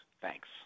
Thanks